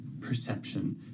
perception